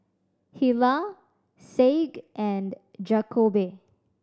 Hilah Saige and Jakobe